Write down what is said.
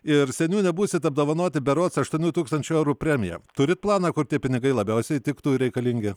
ir seniūne būsit apdovanoti berods aštuonių tūkstačių eurų premija turi planą kur tie pinigai labiausiai tiktų ir reikalingi